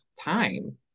time